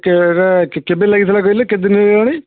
କେବେ ଲାଗିଥିଲା କହିଲେ କେତେ ଦିନ ହେଲାଣି